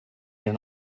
eren